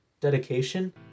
dedication